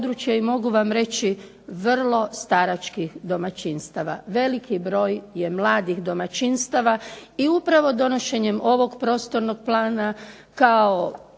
i mogu vam reći vrlo staračkih domaćinstava, veliki broj je mladih domaćinstava i upravo donošenjem ovog prostornog plana kao